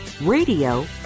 radio